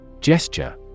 Gesture